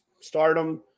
stardom